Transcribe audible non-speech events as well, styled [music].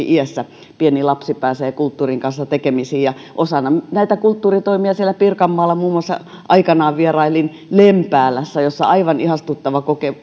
[unintelligible] iässä pieni lapsi pääsee kulttuurin kanssa tekemisiin osana näitä kulttuuritoimia siellä pirkanmaalla muun muassa aikanaan vierailin lempäälässä jossa oli aivan ihastuttava kokemus [unintelligible]